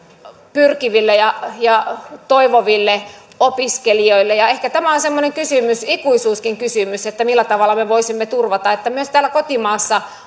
pyrkiville ja ja toivoville opiskelijoille ehkä tämä on semmoinen ikuisuuskysymyskin millä tavalla me voisimme turvata että myös täällä kotimaassa